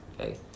okay